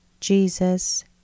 Jesus